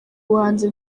ubuhanzi